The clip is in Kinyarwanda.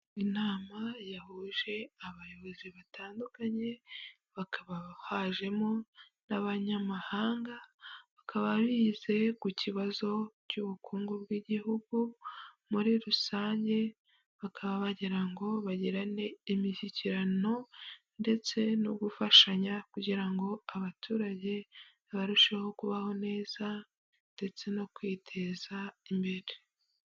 Inama yahuje abayobozi batandukanye, bakaba hajemo n'abanyamahanga, bakaba biga ku kibazo cy'ubukungu bw'igihugu muri rusange. Bakaba bagira ngo bagirane imishyikirano ndetse no gufashanya kugira ngo abaturage barusheho kubaho neza ndetse no kwiteza imbere.